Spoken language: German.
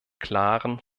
klaren